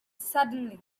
suddenly